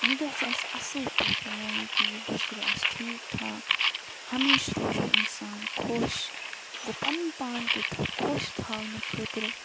یہِ گژھِ اَسہِ اَصٕل پٲٹھۍ یعنی کہ یہِ گُزرِ اَسہِ ٹھیٖک ٹھاک ہمیشہ روزَو اِنسان خۄش گوٚو پَنُن پان تہِ خۄش تھاونہٕ خٲطرٕ